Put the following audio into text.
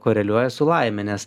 koreliuoja su laime nes